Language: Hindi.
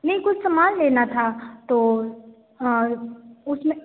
नहीं कुछ समान लेना था तो उसमें